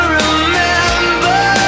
remember